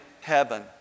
heaven